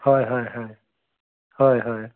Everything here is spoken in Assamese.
হয় হয় হয় হয় হয়